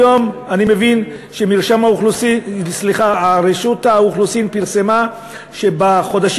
היום אני מבין שרשות האוכלוסין פרסמה שבחודשים